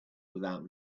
without